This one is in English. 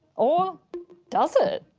or does it?